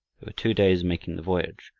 two days making the voyage,